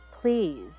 please